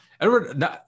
Edward